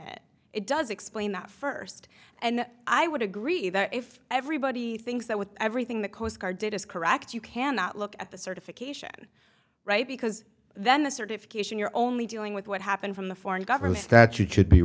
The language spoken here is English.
it it does explain that first and i would agree that if everybody thinks that with everything the coast guard did is correct you cannot look at the certification right because then the certification you're only dealing with what happened from the foreign government that you could be